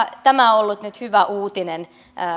tämä ollut nyt hyvä uutinen